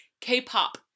K-pop